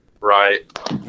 Right